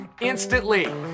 instantly